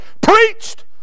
preached